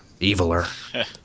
Eviler